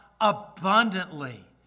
abundantly